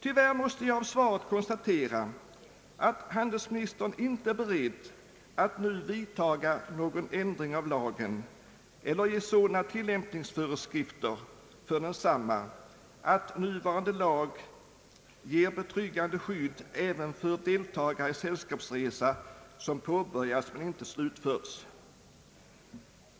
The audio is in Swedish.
Tyvärr måste jag av svaret konstatera att handelsministern inte är beredd att nu vidtaga någon ändring av lagen eller att ge sådana tillämpningsföreskrifter för densamma att nuvarande lag ger betryggande skydd även för deltagare i sällskapsresa som påbörjats men inte slutförts.